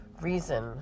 reason